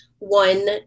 one